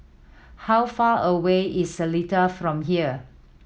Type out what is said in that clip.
how far away is Seletar from here